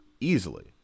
easily